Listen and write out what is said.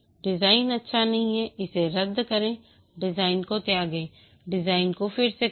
design अच्छा नहीं है इसे रद्द करेंडिजाइन को त्यागें डिज़ाइन को फिर से करें